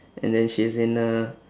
and then she's in uh